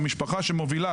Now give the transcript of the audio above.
המשפחה שמובילה.